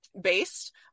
based